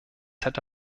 hätte